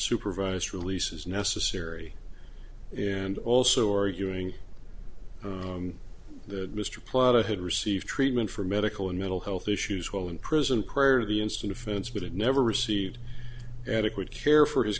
supervised release is necessary and also arguing that mr plata had received treatment for medical and mental health issues while in prison prior to the instant offense but had never received adequate care for his